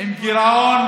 עם גירעון